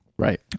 Right